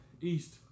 East